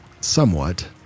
somewhat